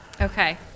Okay